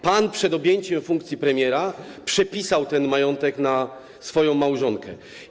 Pan przed objęciem funkcji premiera przepisał ten majątek na swoją małżonkę.